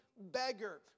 beggar